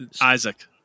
Isaac